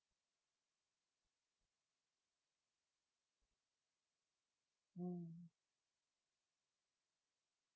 mm